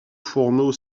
fourneau